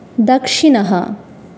दक्षिणः